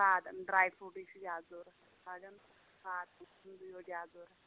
سادَن ڈرٛاے فرٛوٗٹٕے چھُ زیادٕ ضوٚرَتھ ساڑَن کھادٕ یو زیادٕ ضوٚرَتھ